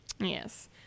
Yes